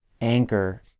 anchor